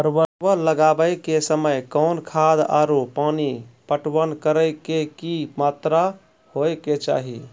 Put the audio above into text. परवल लगाबै के समय कौन खाद आरु पानी पटवन करै के कि मात्रा होय केचाही?